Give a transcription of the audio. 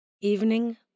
evening